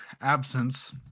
absence